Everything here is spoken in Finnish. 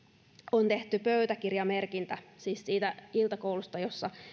on tehty pöytäkirjamerkintä siis siitä iltakoulusta jossa